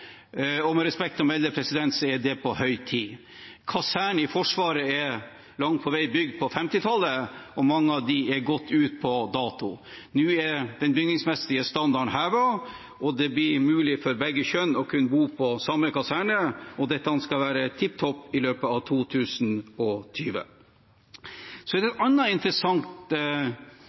og det er med respekt å melde på høy tid. Kaserner i Forsvaret er langt på vei bygd på 1950-tallet, og mange av dem er gått ut på dato. Nå er den bygningsmessige standarden hevet, det blir mulig for begge kjønn å kunne bo på samme kaserne, og dette skal være tipp topp i løpet av 2020. Så er det et annet interessant